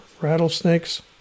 rattlesnakes